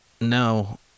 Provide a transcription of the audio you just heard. no